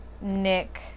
Nick